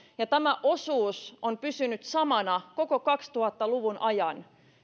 ja tämä osuus on pysynyt samana koko kaksituhatta luvun ajan